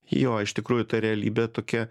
jo iš tikrųjų ta realybė tokia